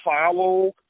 follow